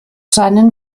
seinen